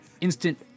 instant